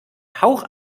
hauch